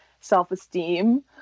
self-esteem